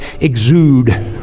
exude